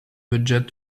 budget